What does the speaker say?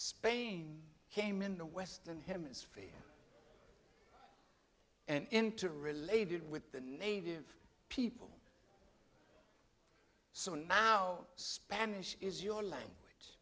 spain came in the western hemisphere and interrelated with the native people so now spanish is your language